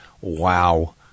wow